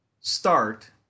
start